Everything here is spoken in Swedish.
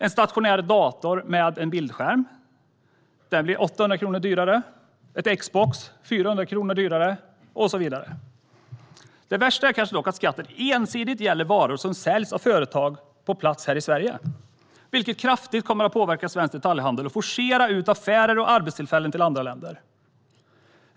En stationär dator med bildskärm blir 800 kronor dyrare, ett Xbox blir 400 kronor dyrare och så vidare. Det värsta är dock kanske att skatten ensidigt gäller varor som säljs av företag på plats här i Sverige, vilket kraftigt kommer att påverka svensk detaljhandel och forcera ut affärer och arbetstillfällen till andra länder.